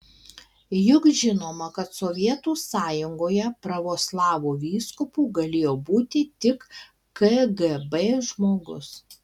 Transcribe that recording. juk žinoma kad sovietų sąjungoje pravoslavų vyskupu galėjo būti tik kgb žmogus